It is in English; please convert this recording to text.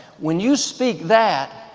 when you speak that,